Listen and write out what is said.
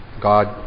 God